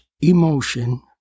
emotion